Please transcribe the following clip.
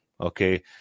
Okay